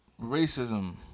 racism